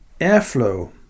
airflow